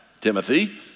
Timothy